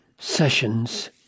sessions